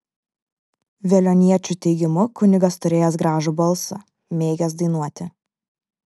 veliuoniečių teigimu kunigas turėjęs gražų balsą mėgęs dainuoti